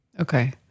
Okay